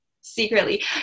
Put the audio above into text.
Secretly